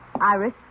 Iris